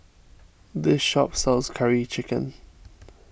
this shop sells Curry Chicken